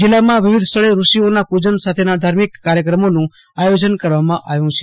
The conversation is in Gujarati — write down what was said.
જિલ્લામાં વિવિધ સ્થળે ઋષિઓના પુજન સાથેના ધાર્મિક કાર્યક્રમોનું આયોજન કરવામાં આવ્યું છે